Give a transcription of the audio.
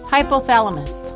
Hypothalamus